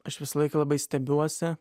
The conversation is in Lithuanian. aš visą laiką labai stebiuosi